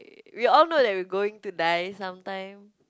we all know that we going to die some time